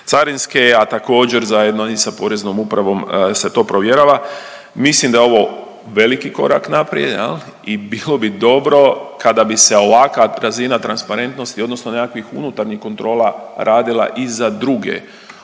a također zajedno i sa Poreznom upravom se to provjerava. Mislim da je ovo veliki korak naprijed jel i bilo bi dobro kada bi se ovakva razina transparentnosti odnosno nekakvih unutarnjih kontrola radila i za druge